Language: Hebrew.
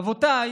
אבותיי